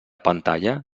pantalla